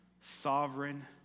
sovereign